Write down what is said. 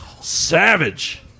savage